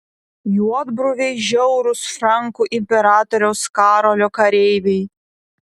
juodbruviai žiaurūs frankų imperatoriaus karolio kareiviai